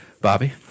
Bobby